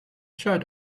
shirt